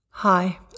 Hi